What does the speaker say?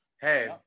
hey